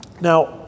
Now